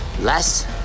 less